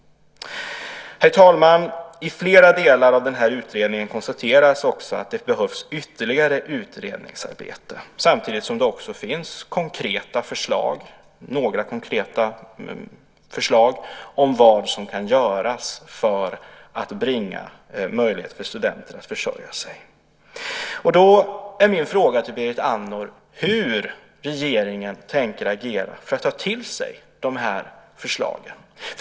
Herr talman! I flera delar av utredningen konstateras också att det behövs ytterligare utredningsarbete. Samtidigt finns det några konkreta förslag om vad som kan göras för att bringa möjlighet för studenter att försörja sig. Min fråga till Berit Andnor är: Hur tänker regeringen agera för att ta till sig förslagen?